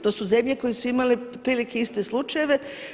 To su zemlje koje su imale otprilike iste slučajeve.